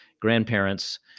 grandparents